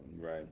Right